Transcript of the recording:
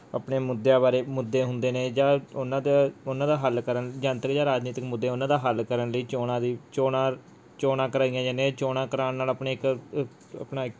ਆਪਣੇ ਮੁੱਦਿਆਂ ਬਾਰੇ ਮੁੱਦੇ ਹੁੰਦੇ ਨੇ ਜਾਂ ਉਹਨਾਂ ਦਾ ਉਹਨਾਂ ਦਾ ਹੱਲ ਕਰਨ ਜਨਤਕ ਜਾਂ ਰਾਜਨੀਤਿਕ ਮੁੱਦੇ ਉਹਨਾਂ ਦਾ ਹੱਲ ਕਰਨ ਲਈ ਚੋਣਾਂ ਦੀ ਚੋਣਾਂ ਚੋਣਾਂ ਕਰਵਾਈਆਂ ਜਾਂਦੀਆਂ ਚੋਣਾਂ ਕਰਵਾਉਣ ਨਾਲ ਆਪਣੇ ਇੱਕ ਅ ਆਪਣਾ